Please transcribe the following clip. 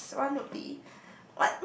the next one would be